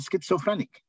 schizophrenic